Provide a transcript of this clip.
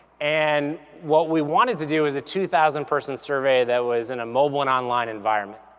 and what we wanted to do was a two thousand person survey that was in a mobile and online environment.